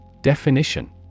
Definition